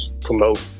promote